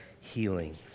healing